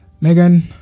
Megan